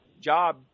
job